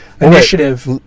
initiative